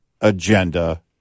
agenda